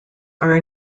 are